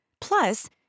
Plus